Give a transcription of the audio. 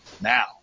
now